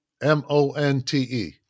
M-O-N-T-E